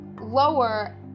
lower